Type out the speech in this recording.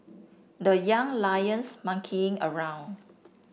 the Young Lions monkeying around